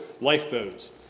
lifeboats